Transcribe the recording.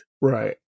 Right